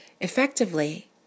Effectively